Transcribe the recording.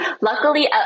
Luckily